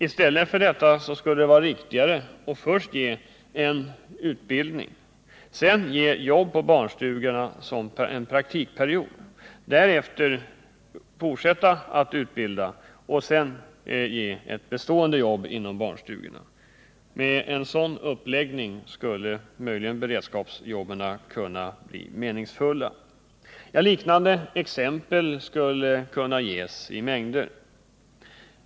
I stället för att göra så vore det riktigare att först ge en viss utbildning, sedan jobb på barnstugorna som en praktikperiod, därefter fortsatt utbildning och sedan ett bestående jobb inom barnstugorna. Med en sådan uppläggning skulle beredskapsjobben möjligen kunna bli meningsfulla. Liknande exempel skulle kunna ges i mängd.